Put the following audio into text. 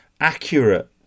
accurate